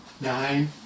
nine